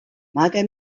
margo